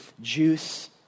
juice